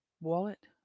wallet